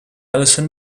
ellison